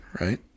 right